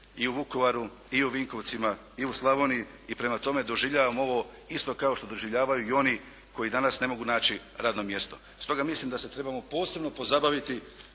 i u Vukovaru i u Vinkovcima i u Slavoniji i prema tome doživljavam ovo isto kao što doživljavaju i oni koji danas ne mogu naći radno mjesto. Stoga, mislim da se trebamo posebno pozabaviti